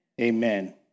Amen